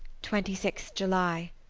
twenty six july.